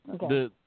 Okay